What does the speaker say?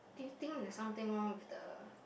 did you think there's something wrong with the